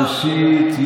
הוא פשוט בחדרי-חדרים,